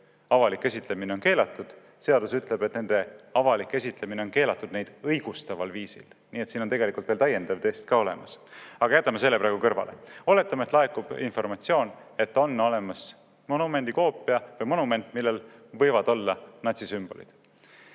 avalik esitlemine on keelatud, vaid seadus ütleb seda, et nende avalik esitlemine neid õigustaval viisil on keelatud. Nii et siin on tegelikult veel täiendav test ka olemas. Aga jätame selle praegu kõrvale. Oletame, et laekub informatsioon selle kohta, et on olemas monumendi koopia või monument, millel võivad olla natsisümbolid.